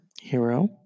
hero